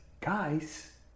guys